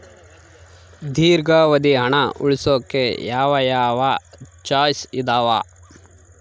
ದೇರ್ಘಾವಧಿ ಹಣ ಉಳಿಸೋಕೆ ಯಾವ ಯಾವ ಚಾಯ್ಸ್ ಇದಾವ?